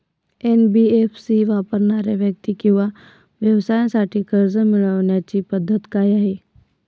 NBFC वापरणाऱ्या व्यक्ती किंवा व्यवसायांसाठी कर्ज मिळविण्याची पद्धत काय आहे?